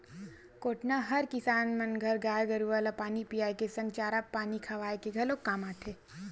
कोटना हर किसान मन घर गाय गरुवा ल पानी पियाए के संग चारा पानी खवाए के घलोक काम आथे